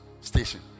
station